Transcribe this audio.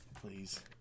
please